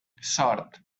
sort